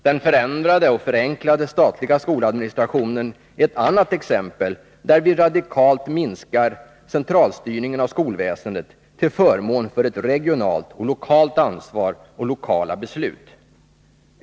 Den förändrade och förenklade statliga skoladministrationen är ett annat exempel, där vi radikalt minskar centralstyrningen av skolväsendet till förmån för ett regionalt och lokalt ansvar och lokala beslut.